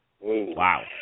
Wow